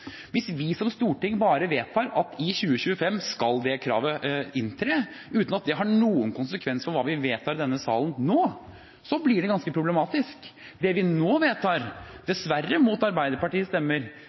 Hvis vi som storting bare vedtar at i 2025 skal det kravet inntre, uten at det har noen konsekvenser for hva vi vedtar i denne salen nå, blir det ganske problematisk. Det vi nå vedtar